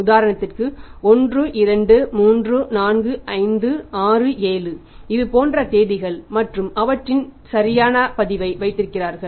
உதாரணத்திற்கு 1234567 இது போன்ற தேதிகள் மற்றும் அவற்றின் சரியான பதிவை வைத்திருப்பார்கள்